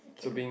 okay